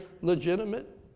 legitimate